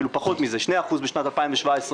אפילו פחות מזה 2% בשנת 2017,